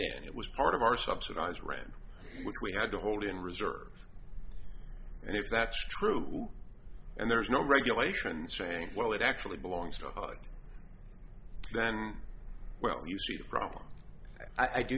and it was part of our subsidized rent which we had to hold in reserve and if that's true and there's no regulation saying well it actually belongs to them well you see the problem i